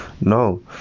No